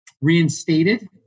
reinstated